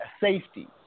safety